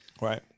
Right